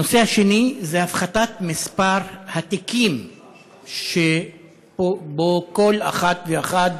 הנושא השני הוא הפחתת מספר התיקים שכל אחת ואחד